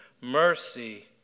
Mercy